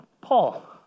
Paul